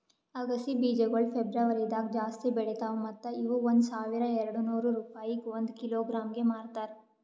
ಅಗಸಿ ಬೀಜಗೊಳ್ ಫೆಬ್ರುವರಿದಾಗ್ ಜಾಸ್ತಿ ಬೆಳಿತಾವ್ ಮತ್ತ ಇವು ಒಂದ್ ಸಾವಿರ ಎರಡನೂರು ರೂಪಾಯಿಗ್ ಒಂದ್ ಕಿಲೋಗ್ರಾಂಗೆ ಮಾರ್ತಾರ